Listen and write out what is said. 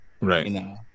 right